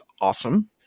awesome